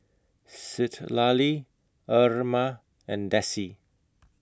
Citlalli Irma and Dessie